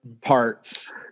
parts